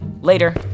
Later